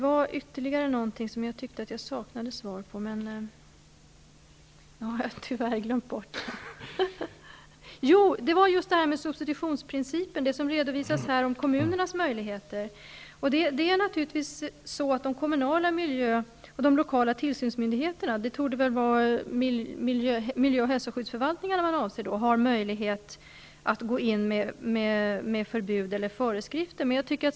Miljöministern redovisar också kommunernas möjligheter i enlighet med substitutionsprincipen. Det är naturligtvis så att de lokala tillsynsmyndigheterna -- det torde vara miljö och hälsoskyddsförvaltningarna som avses -- har möjlighet att gå in med förbud eller föreskrifter.